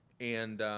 and